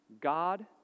God